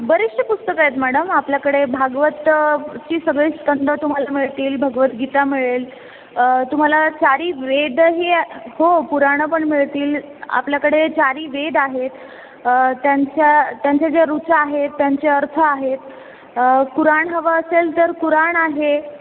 बरीचशी पुस्तकं आहेत मॅडम आपल्याकडे भागवताची सगळी स्कंध तुम्हाला मिळतील भगवद्गीता मिळेल तुम्हाला चारही वेदही हो पुराणं पण मिळतील आपल्याकडे चारही वेद आहेत त्यांच्या त्यांच्या ज्या ऋचा आहेत त्यांचे अर्थ आहेत कुराण हवं असेल तर कुराण आहे